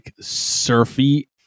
surfy